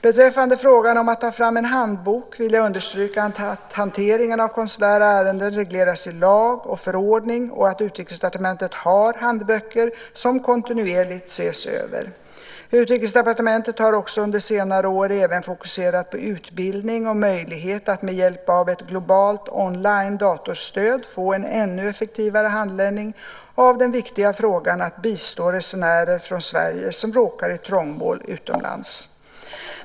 Beträffande frågan om att ta fram en handbok vill jag understryka att hanteringen av konsulära ärenden regleras i lag och förordning och att Utrikesdepartementet har handböcker som kontinuerligt ses över. Utrikesdepartementet har också under senare år även fokuserat på utbildning och möjligheten att med hjälp av ett globalt onlinedatorstöd få en ännu effektivare handläggning av den viktiga frågan att bistå resenärer från Sverige som råkar i trångmål utomlands.